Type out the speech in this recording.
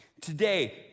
Today